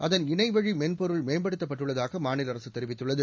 அதன் இணைவழி மென்பொருள் மேம்படுத்தப் பட்டுள்ளதாக மாநில அரசு தெரிவித்துள்ளது